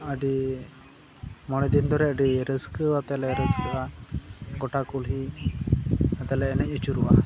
ᱟᱹᱰᱤ ᱢᱚᱬᱮ ᱫᱤᱱ ᱫᱷᱚᱨᱮ ᱟᱰᱤ ᱨᱟᱹᱥᱠᱟᱹᱣᱟᱛᱮ ᱞᱮ ᱨᱟᱹᱥᱠᱟᱹᱜᱼᱟ ᱜᱚᱴᱟ ᱠᱩᱞᱦᱤ ᱟᱫᱚᱞᱮ ᱮᱱᱮᱡ ᱟᱪᱩᱨᱚᱜᱼᱟ